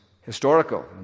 historical